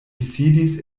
sidis